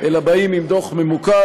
אלא באים עם דוח ממוקד.